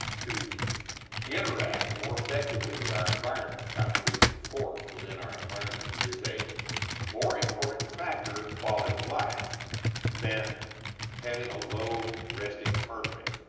to interact more effectively with our environment by producing force within our environment is a more important factor in the quality of life than having a low resting heartrate.